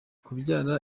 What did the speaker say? kubyara